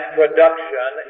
production